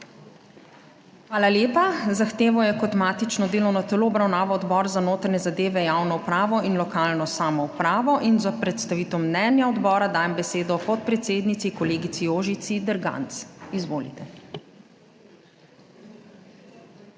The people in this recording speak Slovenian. Hvala lepa. Zahtevo je kot matično delovno telo obravnaval Odbor za notranje zadeve, javno upravo in lokalno samoupravo. Za predstavitev mnenja odbora dajem besedo podpredsednici, kolegici Jožici Derganc. Izvolite.